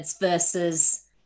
versus